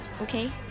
okay